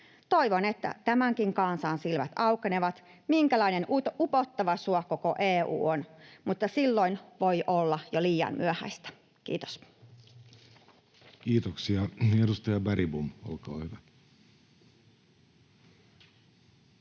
Toivon, että tämänkin kansan silmät aukenevat sille, minkälainen upottava suo koko EU on, mutta silloin voi olla jo liian myöhäistä. — Kiitos. Kiitoksia. — Edustaja Bergbom, olkaa hyvä.